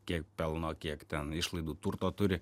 kiek pelno kiek ten išlaidų turto turi